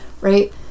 right